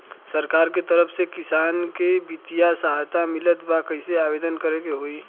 सरकार के तरफ से किसान के बितिय सहायता मिलत बा कइसे आवेदन करे के होई?